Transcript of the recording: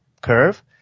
curve